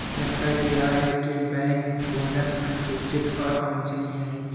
जनता की राय है कि बैंक बोनस अनुचित और अवांछनीय है